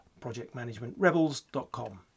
projectmanagementrebels.com